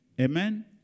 Amen